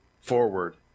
forward